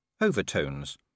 overtones